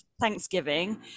thanksgiving